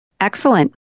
Excellent